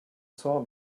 saw